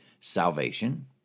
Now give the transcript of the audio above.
salvation